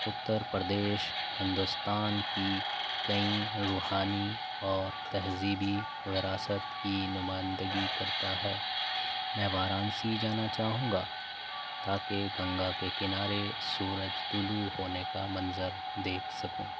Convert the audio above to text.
اتر پردیش ہندوستان کی کئی روحانی اور تہذیبی وراثت کی نمائندگی کرتا ہے میں وارانسی جانا چاہوں گا تاکہ گنگا کے کنارے سورج طلوع ہونے کا منظر دیکھ سکوں